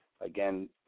Again